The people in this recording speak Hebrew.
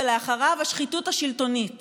אחריו השחיתות השלטונית